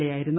A ആയിരുന്നു